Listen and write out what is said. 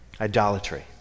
idolatry